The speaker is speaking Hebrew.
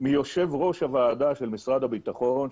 מיושב ראש הוועדה של משרד הביטחון,